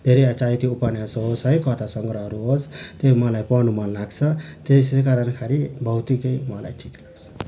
धेरै चाहे त्यो उपन्यास होस् है कथा सङ्ग्रहहरू होस् त्यो मलाई पढ्नु मनलाग्छ त्यसै कारण खालि भौतिकै मलाई ठिक लाग्छ